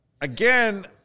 Again